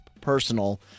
personal